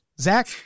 Zach